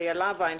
איילה וינשטיין,